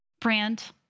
brand